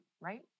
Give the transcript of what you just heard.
right